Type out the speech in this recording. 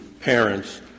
parents